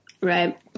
Right